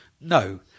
No